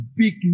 big